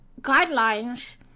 guidelines